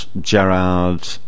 Gerard